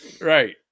right